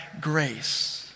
grace